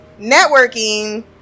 networking